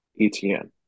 Etn